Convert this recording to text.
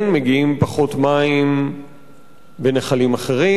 מגיעים פחות מים לנחלים אחרים,